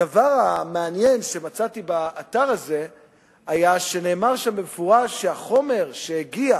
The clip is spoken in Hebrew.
הדבר המעניין שמצאתי באתר הזה היה שנאמר שם במפורש שהחומר הגיע,